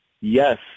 yes